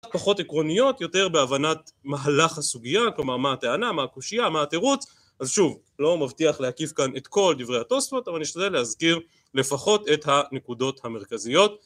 פחות עקרוניות, יותר בהבנת מהלך הסוגיה, כלומר מה הטענה, מה הקושייה, מה התירוץ, אז שוב, לא מבטיח להקיף כאן את כל דברי התוספות, אבל אני אשתדל להזכיר לפחות את הנקודות המרכזיות